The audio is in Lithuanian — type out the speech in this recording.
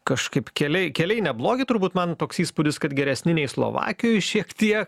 kažkaip keliai keliai neblogi turbūt man toks įspūdis kad geresni nei slovakijoj šiek tie